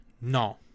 No